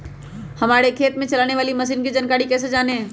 हमारे खेत में चलाने वाली मशीन की जानकारी कैसे जाने?